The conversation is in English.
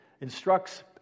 instructs